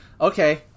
okay